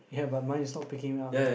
you have but mine is not picking up eh